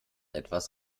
etwas